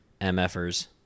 mfers